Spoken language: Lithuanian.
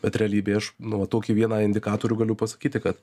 bet realybėj aš nu va tokį vieną indikatorių galiu pasakyti kad